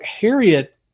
Harriet